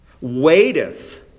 waiteth